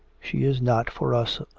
she is not for us,